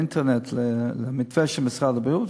לאינטרנט למתווה של משרד הבריאות,